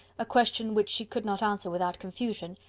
a question which she could not answer without confusion,